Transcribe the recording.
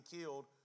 killed